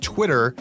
Twitter